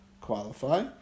qualify